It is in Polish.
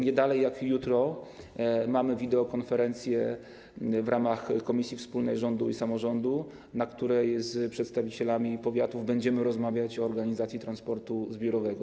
Nie dalej jak jutro mamy wideokonferencję w ramach komisji wspólnej rządu i samorządu, na której z przedstawicielami powiatów będziemy rozmawiać o organizacji transportu zbiorowego.